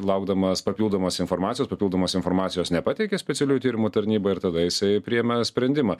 laukdamas papildomos informacijos papildomos informacijos nepateikė specialiųjų tyrimų tarnyba ir tada jisai priėmė sprendimą